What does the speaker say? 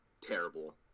terrible